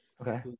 Okay